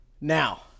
Now